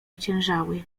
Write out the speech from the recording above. ociężały